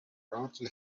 brompton